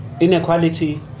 inequality